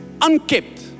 unkept